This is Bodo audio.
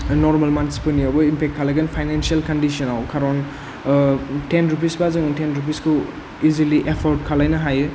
नर्मेल मानसिफोरनियावबो इम्पेक्त खालायगोन फायनेन्सियेल कन्दिसनाव खारन टेन रुपिस बा जोङो टेन रुपिस खौ इजिलि एफर्ड खालायनो हायो